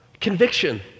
Conviction